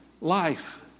life